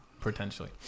Potentially